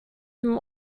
him